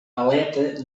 aleta